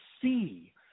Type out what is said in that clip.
see